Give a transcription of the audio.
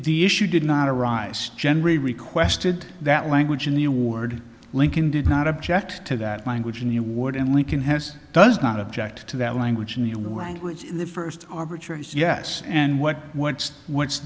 the issue did not arise generally requested that language in the award lincoln did not object to that language in the award and lincoln has does not object to that language in human rights in the first arbitraries yes and what what's what's